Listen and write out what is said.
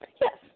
Yes